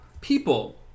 people